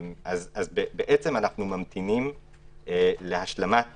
אנחנו ממתינים להשלמת